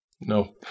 no